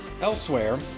Elsewhere